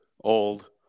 old